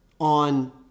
on